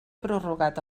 prorrogat